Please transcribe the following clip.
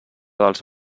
dels